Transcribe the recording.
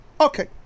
Okay